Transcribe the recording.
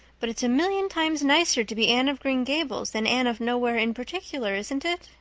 but it's a million times nicer to be anne of green gables than anne of nowhere in particular, isn't it?